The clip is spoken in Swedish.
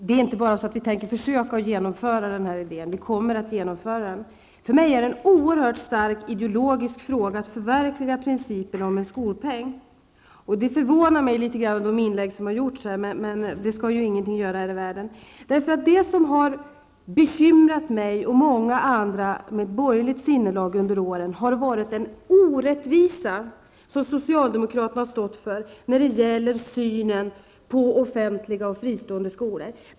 Herr talman! Regeringen tänker inte bara försöka genomföra idén, vi kommer att genomföra den. För mig är det en oerhört viktig ideologisk fråga att förverkliga principen om en skolpeng. De inlägg som har gjorts här förvånar mig. Men ingenting skall ju förvåna en här i världen. Det som har bekymrat mig och många andra med borgerligt sinnelag under åren, är den orättvisa som socialdemokraterna har stått för när det gäller synen på offentliga och fristående skolor.